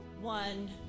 one